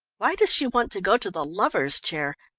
why does she want to go to the lovers' chair?